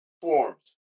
forms